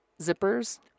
zippers